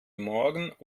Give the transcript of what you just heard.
morgen